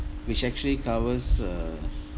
which actually covers uh